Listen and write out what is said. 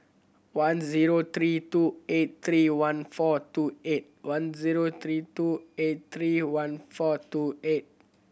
one zero three two eight three one four two eight one zero three two eight three one four two eight